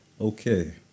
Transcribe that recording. okay